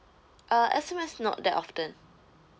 uh S_M_S not that often